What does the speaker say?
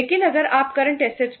लेकिन अगर आप करंट एसेट्स